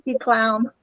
clown